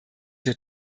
wir